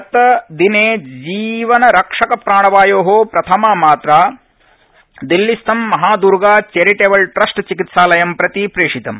गतदिने जीवनरक्षक प्राणवायो प्रथमा मात्रा दिल्लीस्थं महा दुर्गा चैरिटेबलट्रस्ट चिकित्सालयं प्रति प्रेषितम्